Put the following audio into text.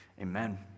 Amen